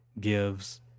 gives